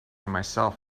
myself